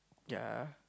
ya